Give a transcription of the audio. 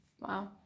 Wow